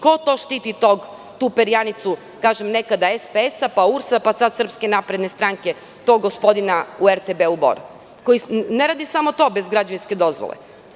Ko štiti tu perjanicu, kažem, nekada SPS, pa URS, pa sada SNS, tog gospodina u RTB Bor, koji ne radi samo to bez građevinske dozvole?